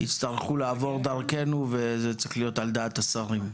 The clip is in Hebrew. יצטרכו לעבור דרכנו, וזה צריך להיות על דעת השרים.